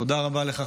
תודה רבה לך,